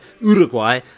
Uruguay